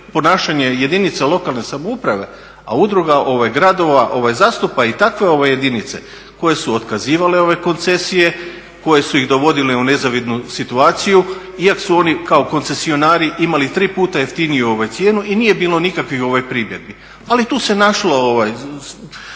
ponašanje jedinica lokalne samouprave, a udruga gradova zastupa i takve jedinice koje su otkazivale ove koncesije, koje su ih dovodile u nezavidnu situaciju iako su oni kao koncesionari imali tri puta jeftiniju cijenu i nije bilo nikakvih primjedbi. Ali tu se našao